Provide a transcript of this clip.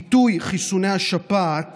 עיתוי חיסוני השפעת